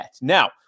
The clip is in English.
Now